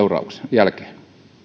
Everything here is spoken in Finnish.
jälkeen